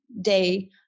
day